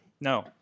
No